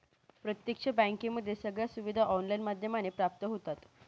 प्रत्यक्ष बँकेमध्ये सगळ्या सुविधा ऑनलाईन माध्यमाने प्राप्त होतात